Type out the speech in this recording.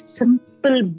simple